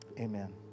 amen